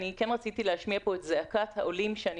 אני כן רציתי להשמיע פה את זעקת העולים שאני